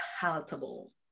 palatable